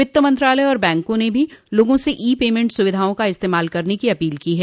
वित्त मंत्रालय और बैंकों ने भी लोगों से ई पेमेंट सुविधाओं का इस्तेमाल करने की अपील की है